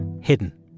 hidden